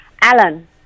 Alan